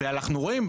אנחנו רואים,